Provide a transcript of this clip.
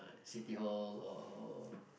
City-Hall or